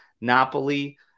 Napoli